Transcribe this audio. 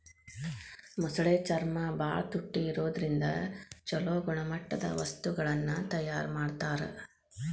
ಮೊಸಳೆ ಚರ್ಮ ಬಾಳ ತುಟ್ಟಿ ಇರೋದ್ರಿಂದ ಚೊಲೋ ಗುಣಮಟ್ಟದ ವಸ್ತುಗಳನ್ನ ತಯಾರ್ ಮಾಡ್ತಾರ